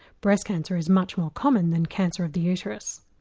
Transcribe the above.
breast cancer is much more common than cancer of the uterus.